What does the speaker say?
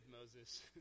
Moses